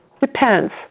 Depends